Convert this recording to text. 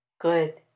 Good